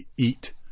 eat